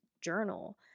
journal